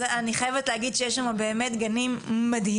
אז אני חייבת להגיד שיש שמה באמת גנים מדהימים,